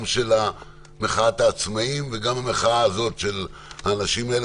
גם של מחאת העצמאים וגם המחאה הזאת של האנשים האלה,